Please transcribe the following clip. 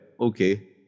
okay